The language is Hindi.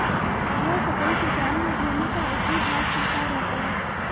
अधोसतही सिंचाई में भूमि का ऊपरी भाग सूखा रहता है